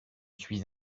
suis